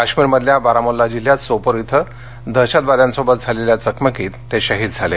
काश्मिरमधल्या बारामुल्ला जिल्हयात सोपोर इथं दहशतवाद्यांशी झालेल्या चकमकीत ते शहीद झाले